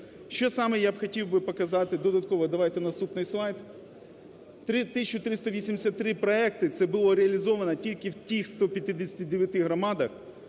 Що саме я б хотів би показати додатково, давайте наступний слайд. 1383 проекти, це було реалізовано тільки в тих 159 громадах,